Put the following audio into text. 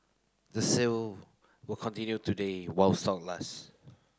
the sale will continue today while stock last